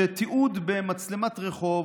שתיעוד במצלמת רחוב,